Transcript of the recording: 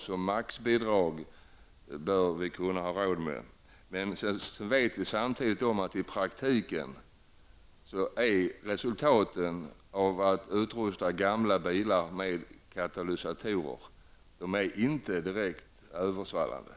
som maxbidrag bör vi kunna ha råd med, men samtidigt vet vi att resultaten av att utrusta gamla bilar med katalysatorer i praktiken inte är direkt översvallande.